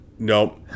Nope